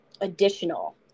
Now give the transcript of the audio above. additional